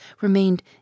remained